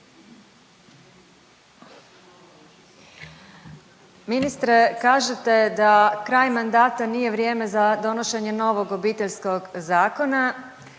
Ministre, kažete da kraj mandata nije vrijeme za donošenje novog Obiteljskog zakona.